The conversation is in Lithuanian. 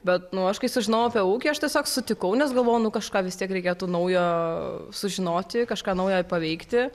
bet nu aš kai sužinojau apie ūkį aš tiesiog sutikau nes galvoju nu kažką vis tiek reikėtų naujo sužinoti kažką naują paveikti